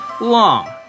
long